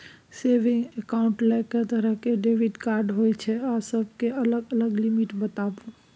Saving accounts ल के तरह के डेबिट कार्ड होय छै आ सब के अलग अलग लिमिट बताबू?